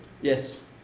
Yes